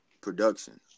production